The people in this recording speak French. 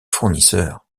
fournisseurs